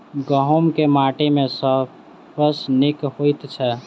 गहूम केँ माटि मे सबसँ नीक होइत छै?